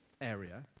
area